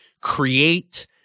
create